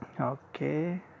Okay